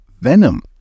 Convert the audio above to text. Venom